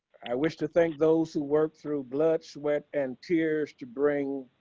i wish to thank those who work through blood, sweat. and tears to bring